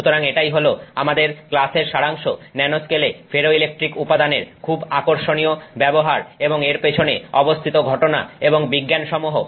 সুতরাং এটাই হলো আমাদের ক্লাসের সারাংশ ন্যানো স্কেলে ফেরোইলেকট্রিক উপাদানের খুব আকর্ষণীয় ব্যবহার এবং এর পেছনে অবস্থিত ঘটনা এবং বিজ্ঞানসমূহ